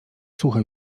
słuchał